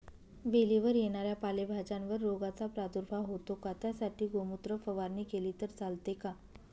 वेलीवर येणाऱ्या पालेभाज्यांवर रोगाचा प्रादुर्भाव होतो का? त्यासाठी गोमूत्र फवारणी केली तर चालते का?